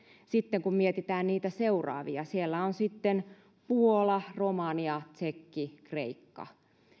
sitten kun mietitään niitä seuraavia siellä on sitten puola romania tsekki kreikka